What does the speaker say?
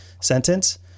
sentence